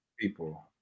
people